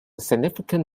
significant